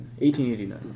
1889